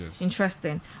Interesting